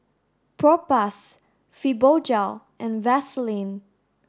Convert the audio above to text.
Propass Fibogel and Vaselin